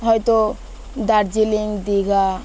হয়তো দার্জিলিং দীঘা